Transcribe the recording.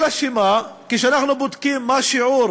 אבל כשאנחנו בודקים מה שיעור